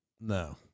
No